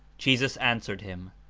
jesus answered him,